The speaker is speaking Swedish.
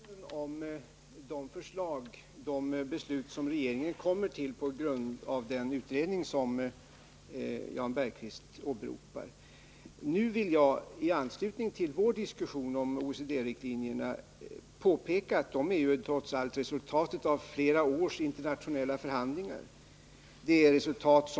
Herr talman! Vi får väl i sinom tid diskutera de förslag och de beslut regeringen kommer fram till på grundval av den utredning som Jan Bergqvist åberopade. Nu vill jag i anslutning till vår diskussion om OECD-riktlinjerna påpeka att de trots allt är resultatet av flera års internationella förhandlingar.